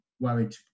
worried